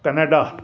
Canada